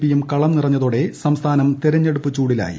പിയും കളം നിറഞ്ഞൂത്തോടെ സംസ്ഥാനം തെരഞ്ഞെടുപ്പ് ചൂടിലായി